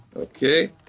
Okay